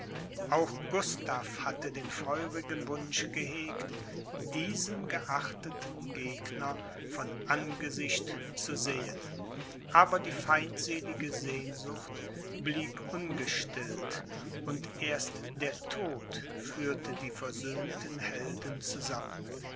auch gustav hatte den feurigen wunsch gehegt diesen geachteten gegner von angesicht zu sehen aber die feindselige sehnsucht blieb ungestillt und erst der tod führte die versöhnten helden zusammen